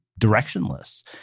directionless